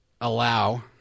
allow